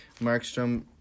Markstrom